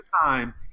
time